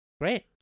Great